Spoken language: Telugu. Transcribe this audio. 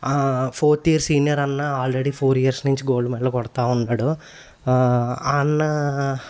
ఆ ఫోర్త్ ఇయర్ సీనియర్ అన్న ఆల్రెడీ ఫోర్ ఇయర్స్ నుంచి గోల్డ్ మెడల్ కొడతూ ఉన్నాడు ఆ అన్న